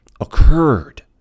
occurred